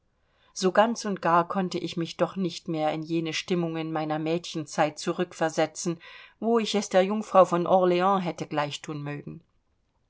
so ganz und gar konnte ich mich doch nicht mehr in jene stimmungen meiner mädchenzeit zurückversetzen wo ich es der jungfrau von orleans hätte gleich thun mögen